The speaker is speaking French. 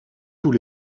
tous